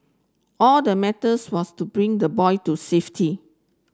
all that matters was to bring the boy to safety